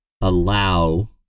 allow